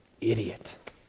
idiot